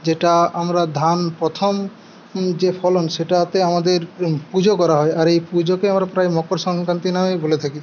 যেটা আমরা ধান প্রথম যে ফলন সেটাতে আমাদের পুজো করা হয় আর এই পুজোকে আমরা প্রায় মকর সংক্রান্তি নামে বলে থাকি